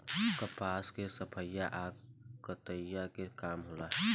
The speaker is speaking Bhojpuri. कपास के सफाई आ कताई के काम होला